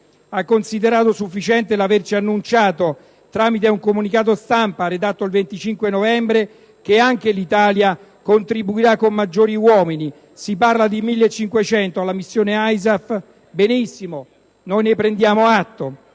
ha considerato sufficiente l'averci annunciato, tramite un comunicato stampa redatto il 25 novembre, che anche l'Italia contribuirà con maggiori uomini - si parla di 1.500 - alla missione ISAF. Benissimo: ne prendiamo atto.